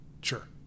Sure